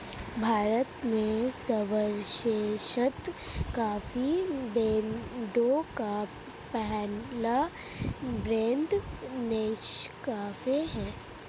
भारत में सर्वश्रेष्ठ कॉफी ब्रांडों का पहला ब्रांड नेस्काफे है